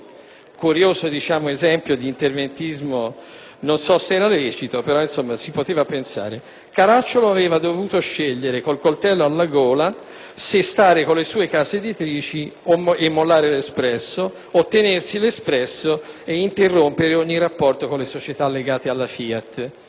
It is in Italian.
Curioso esempio di interventismo; non so se fosse lecito, ma si poteva pensare. Caracciolo aveva dovuto scegliere con il coltello alla gola se stare con le sue case editrici e mollare l'Espresso, o tenersi l'Espresso e interrompere ogni rapporto con le società legate alla FIAT.